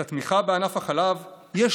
את התמיכה בענף החלב יש